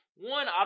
One